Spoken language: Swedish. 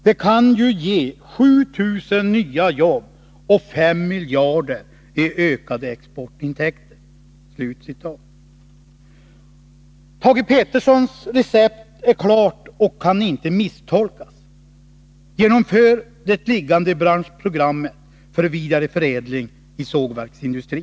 Det kan ju ändå ge 7 000 nya jobb och 5 miljarder i ökade exportintäkter.” Thage Petersons recept är klart och kan inte misstolkas — genomför det liggande branschprogrammet för vidareförädling i sågverksindustrin!